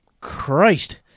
Christ